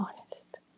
honest